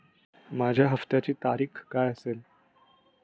माझ्या हप्त्याची तारीख काय असेल?